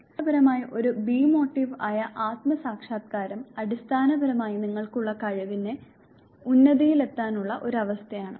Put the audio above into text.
ഇപ്പോൾ അടിസ്ഥാനപരമായി ഒരു ബി മോട്ടീവ് ആയ ആത്മ സാക്ഷാത്കാരം അടിസ്ഥാനപരമായി നിങ്ങൾക്ക് ഉള്ള കഴിവിന്റെ ഉന്നതിയിലെത്താനുള്ള ഒരു അവസ്ഥയാണ്